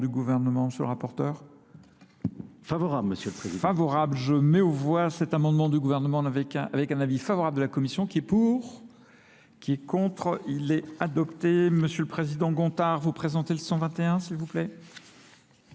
sur le rapporteur ? Favorable, monsieur le Président. Favorable. Je mets au voie cet amendement du gouvernement avec un avis favorable de la Commission qui est pour, qui est contre. Il est adopté. Monsieur le Président Gontard, vous présentez le 121, s'il vous plaît.